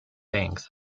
banks